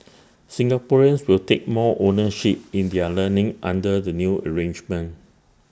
Singaporeans will take more ownership in their learning under the new arrangement